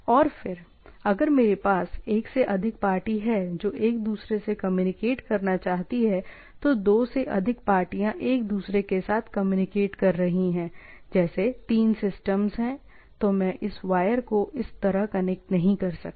और फिर अगर मेरे पास एक से अधिक पार्टी हैं जो एक दूसरे से कम्युनिकेट करना चाहती हैं तो दो से अधिक पार्टियां एक दूसरे के साथ कम्युनिकेट कर रही हैं जैसे तीन सिस्टम हैं तो मैं इस वायर को इस तरह कनेक्ट नहीं कर सकता